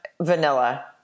vanilla